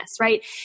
right